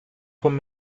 vom